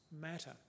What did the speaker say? matter